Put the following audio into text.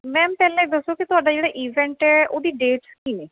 ma'am ਪਹਿਲੇ ਇਹ ਦੱਸੋ ਕੀ ਤੁਹਾਡਾ ਜਿਹੜਾ ਈਵੈਂਟ ਹੈ ਉਹਦੀ ਡੇਟਸ ਕੀ ਨੇ